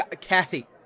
Kathy